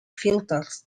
filters